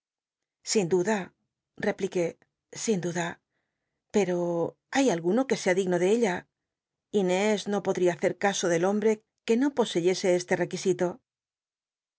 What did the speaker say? sin duda epliqué sin duda pepo hay al guno que sea digno de ella inés no podl'ia hacer caso del hombl'e que no poseyese este requisito